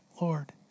Lord